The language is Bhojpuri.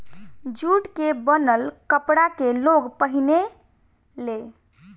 जूट के बनल कपड़ा के लोग पहिने ले